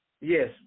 Yes